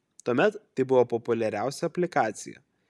tuomet tai buvo populiariausia aplikacija